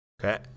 okay